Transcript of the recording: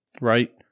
right